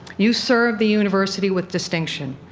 you serve the university with distinction.